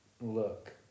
look